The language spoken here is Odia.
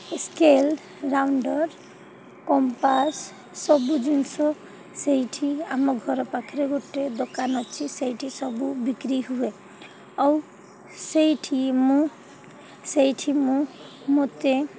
ସ୍କେଲ୍ ରାଉଣ୍ଡର୍ କମ୍ପାସ୍ ସବୁ ଜିନିଷ ସେଇଠି ଆମ ଘର ପାଖରେ ଗୋଟେ ଦୋକାନ ଅଛି ସେଇଠି ସବୁ ବିକ୍ରି ହୁଏ ଆଉ ସେଇଠି ମୁଁ ସେଇଠି ମୁଁ ମୋତେ